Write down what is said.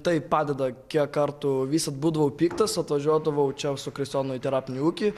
taip padeda kiek kartų visad būdavau piktas atvažiuodavau čia su kristijonu į terapinį ūkį